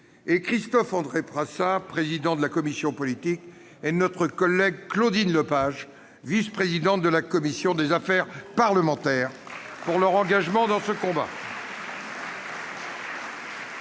Christophe-André Frassa, président de la commission politique, et notre collègue Claudine Lepage, vice-présidente de la commission des affaires parlementaires, pour leur engagement dans ce combat.